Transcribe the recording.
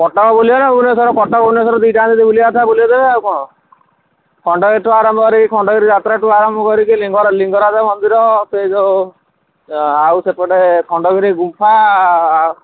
କଟକ ବୁଲିବେ ନା ଭୁବନେଶ୍ୱର କଟକ ଭୁବନେଶ୍ୱର ଦୁଇଟା ଯାକ ଯଦି ବୁଲି କଥା ବୁଲେଇ ଦେବେ ଆଉ କ'ଣ ହଉ ଖଣ୍ଡଗିରି ଠୁ ଆରମ୍ଭ କରି ଖଣ୍ଡଗିରି ଯାତ୍ରାଠୁ ଆରମ୍ଭ କରି ଲିଙ୍ଗରାଜ ଲିଙ୍ଗରାଜ ମନ୍ଦିର ସେ ଯେଉଁ ଆଉ ସେପଟେ ଖଣ୍ଡଗିରି ଗୁମ୍ଫା